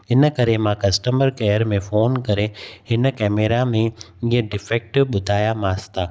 इन करे मां कस्टमर केयर में फ़ोन करे हिन कैमरा में ईअं डिफैक्ट ॿुधायामांसि त